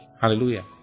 Hallelujah